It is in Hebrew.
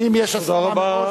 תודה רבה.